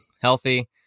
healthy